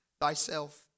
thyself